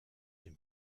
dem